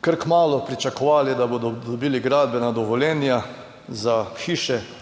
kar kmalu pričakovali, da bodo dobili gradbena dovoljenja za hiše.